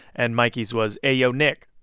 and mikey's was, ay, yo, nick